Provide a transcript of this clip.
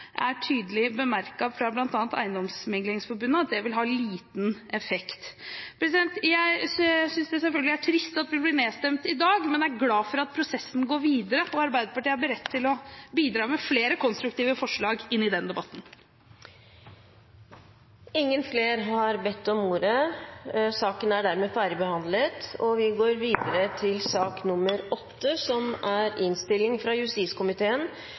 tydelig bemerket fra bl.a. Eiendomsmeglerforbundet at det vil ha liten effekt. Jeg synes selvfølgelig det er trist at vi blir nedstemt i dag, men er glad for at prosessen går videre. Arbeiderpartiet er beredt til å bidra med flere konstruktive forslag inn i den debatten. Flere har ikke bedt om ordet til sak nr. 7. Denne proposisjonen leveres av regjeringen som en oppfølging av den nye straffeloven, da det er